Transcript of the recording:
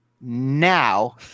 now